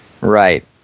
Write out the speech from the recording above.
Right